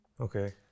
Okay